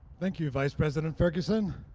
thank you, vice president ferguson.